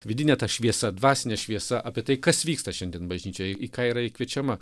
vidinė ta šviesa dvasinė šviesa apie tai kas vyksta šiandien bažnyčioj į ką yra ji kviečiama